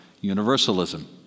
universalism